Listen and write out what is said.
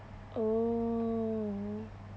oh